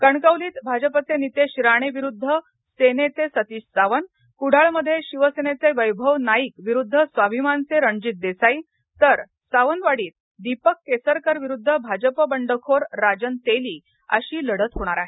कणकवलीत भाजपये नितेश राणे विरुद्ध सेनेचे सतीश सावंत कुडाळ मध्ये शिवसेनेचे वैभव नाईक विरुद्ध स्वाभिमानचे रणजित देसाई तर सावंतवाडीत दीपक केसरकर विरुद्ध भाजप बंडखोर राजन तेली अशी लढत होणार आहे